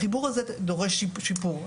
החיבור הזה דורש שיפור.